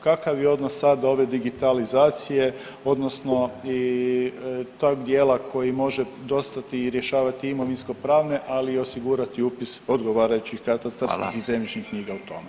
Kakav je odnos sad ove digitalizacije odnosno i tog dijela koji može dostati i rješavati imovinsko pravne ali i osigurati upis odgovarajućih katastarskih i zemljišnih [[Upadica: Hvala.]] knjiga u tome.